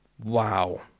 wow